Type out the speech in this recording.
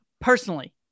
Personally